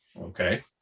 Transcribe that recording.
Okay